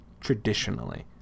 traditionally